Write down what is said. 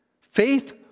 Faith